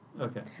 Okay